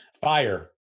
Fire